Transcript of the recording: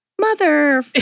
mother